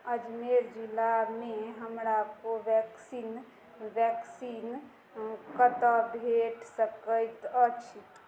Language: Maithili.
अजमेर जिलामे हमरा कोवेक्सिन वैक्सीन कतौ भेट सकैत अछि